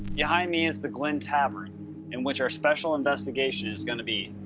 behind me is the glen tavern in which our special investigation is going to be.